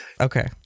Okay